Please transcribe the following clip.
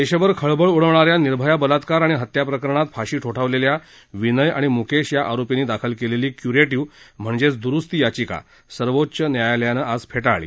देशभर खळबळ उडावणाऱ्या निर्भया बलात्कार आणि हत्या प्रकरणात फाशी ठोठावलेल्या विनय आणि मुकेश या आरोपींनी दाखल केलेली क्युरेटीव्ह म्हणजेच दरूस्ती याचिका सर्वोच्च न्यायालयानं आज फेटाळली